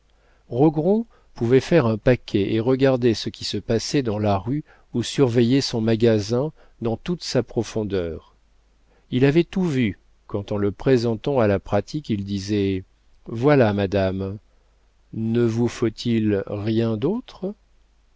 rogron pouvait faire un paquet et regarder ce qui se passait dans la rue ou surveiller son magasin dans toute sa profondeur il avait tout vu quand en le présentant à la pratique il disait voilà madame ne vous faut-il rien d'autre